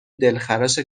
دلخراش